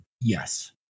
Yes